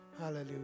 Hallelujah